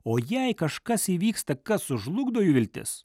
o jei kažkas įvyksta kas sužlugdo jų viltis